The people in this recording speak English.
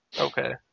Okay